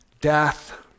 death